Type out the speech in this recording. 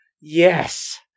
Yes